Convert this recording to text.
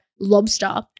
lobster